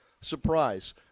surprise